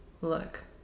look